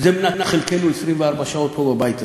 זה מנת חלקנו 24 שעות פה בבית הזה.